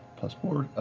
plus four,